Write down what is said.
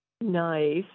Nice